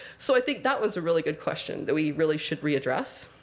so i think that one's a really good question that we really should readdress.